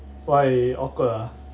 why awkward ah